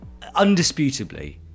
undisputably